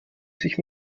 sich